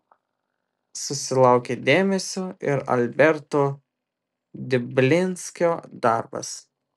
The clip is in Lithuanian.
susilaukė dėmesio ir alberto diblinskio darbas